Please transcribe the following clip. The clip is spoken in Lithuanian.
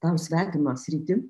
tau svetimą sritį